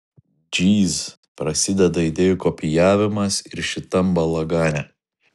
džyz prasideda idėjų kopijavimas ir šitam balagane